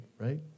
right